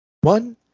one